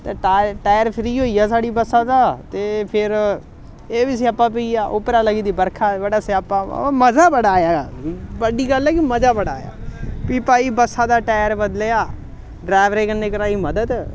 ते tyre tyre free होई गेआ साढ़ी बस्सा दा ते फिर एह् बी स्यापा पेई गेआ उप्परा लग्गी दी बरखा बड़ा स्यापा बा मजा बड़ा आया बड्डी गल्ल ऐ कि मजा बड़ा आया भी भाई बस्सा दा टायर बदलेआ डरैवरे कन्नै कराई मदद